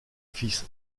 fils